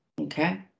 okay